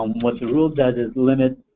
um what the rule does is limit